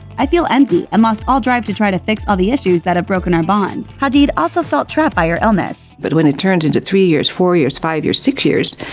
i feel empty and lost all drive to try to fix all the issues that have broken our bond. hadid also felt trapped by her illness. but when it turns into three years, four years, five years, six years,